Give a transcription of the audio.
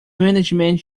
management